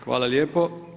Hvala lijepo.